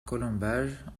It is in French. colombage